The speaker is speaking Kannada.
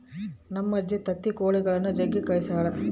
ನಮ್ಮಜ್ಜಿ ತತ್ತಿ ಕೊಳಿಗುಳ್ನ ಜಗ್ಗಿ ಸಾಕ್ಯಳ